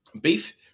beef